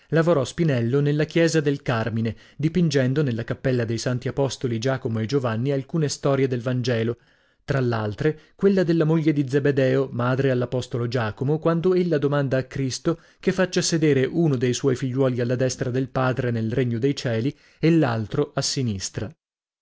lavorò spinello nella chiesa del carmine dipingendo nella cappella dei santi apostoli giacomo e giovanni alcune storie del vangelo tra l'altre quella della moglie di zebedeo madre all'apostolo giacomo quando ella domanda a cristo che faccia sedere uno dei suoi figliuoli alla destra del padre nei regno dei cieli e l'altro a sinistra